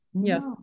Yes